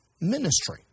ministry